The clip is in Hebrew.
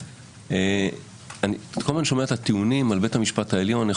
אני כל הזמן שומע את הטיעונים על בית המשפט העליון,